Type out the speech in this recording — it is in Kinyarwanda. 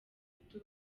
dudu